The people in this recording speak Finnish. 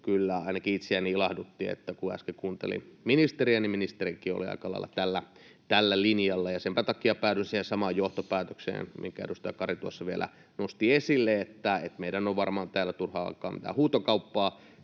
ainakin itseäni ilahdutti, kun äsken kuuntelin ministeriä, että ministerikin oli aika lailla tällä linjalla. Senpä takia päädyn siihen samaan johtopäätökseen, minkä edustaja Kari tuossa vielä nosti esille, että meidän on varmaan täällä turha alkaa mitään huutokauppaa